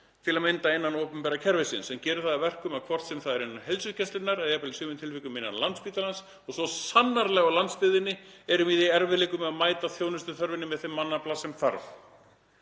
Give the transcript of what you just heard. til að mynda innan opinbera kerfisins, sem gerir það að verkum að hvort sem það er innan heilsugæslunnar eða jafnvel í sumum tilvikum innan Landspítalans og svo sannarlega á landsbyggðinni erum við í erfiðleikum með að mæta þjónustuþörfinni með þeim mannafla sem þarf.